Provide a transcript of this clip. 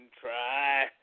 try